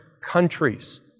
countries